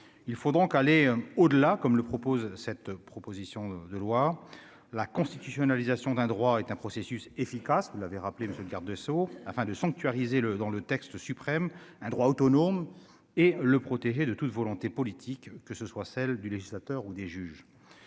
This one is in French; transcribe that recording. il faut donc aller au-delà, comme le propose cette proposition de loi la constitutionnalisation d'un droit est un processus efficace, vous l'avez rappelé monsieur le garde des Sceaux, afin de sanctuariser le dans le texte suprême un droit autonome et le protégé de toute volonté politique que ce soit celle du législateur ou des juges,